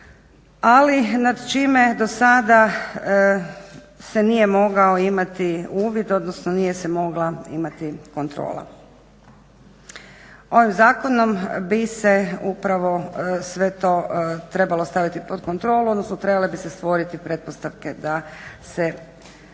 ali nad čime do sada se nije mogao imati uvid odnosno nije se mogla imati kontrola. Ovim zakonom bi se upravo sve to trebalo staviti pod kontrolu odnosno trebale bi se stvoriti pretpostavke da se to